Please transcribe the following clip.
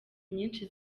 nyinshi